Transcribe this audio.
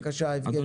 בבקשה, יבגני.